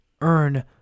earn